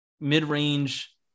mid-range